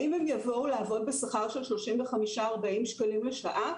האם הם יבואו לעבוד בשכר של 35-40 שקלים לשעה?